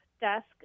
desk